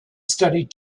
studied